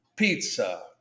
Pizza